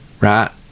right